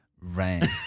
Rain